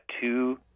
two